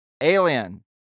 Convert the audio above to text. alien